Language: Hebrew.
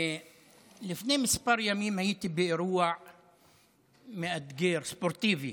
לפני כמה ימים הייתי באירוע מאתגר, ספורטיבי,